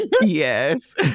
Yes